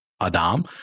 Adam